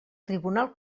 tribunal